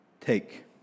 Take